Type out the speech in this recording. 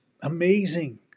Amazing